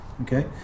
Okay